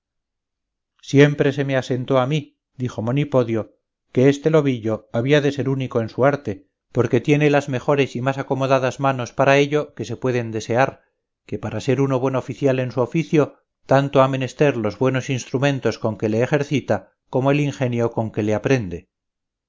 siempre se me asentó a mí dijo monipodio que este lobillo había de ser único en su arte porque tiene las mejores y más acomodadas manos para ello que se pueden desear que para ser uno buen oficial en su oficio tanto ha menester los buenos instrumentos con que le ejercita como el ingenio con que le aprende